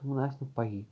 تِمن آسہِ نہٕ پَییی